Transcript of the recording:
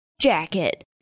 jacket